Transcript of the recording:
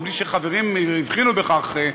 בלי שחברים הבחינו בכך,